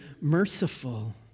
merciful